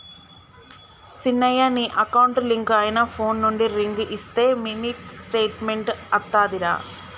సిన్నయ నీ account link అయిన ఫోన్ నుండి రింగ్ ఇస్తే మినీ స్టేట్మెంట్ అత్తాదిరా